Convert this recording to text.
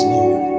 Lord